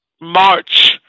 march